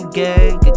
gang